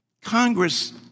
Congress